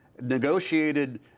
negotiated